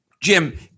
Jim